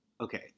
Okay